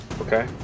Okay